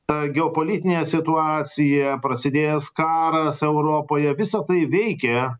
ta geopolitinė situacija prasidėjęs karas europoje visa tai veikė